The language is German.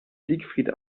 siegfried